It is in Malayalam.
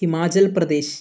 ഹിമാചൽ പ്രദേശ്